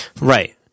right